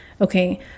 okay